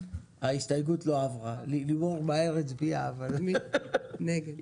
הצבעה ההסתייגות לא אושרה בבקשה, אנחנו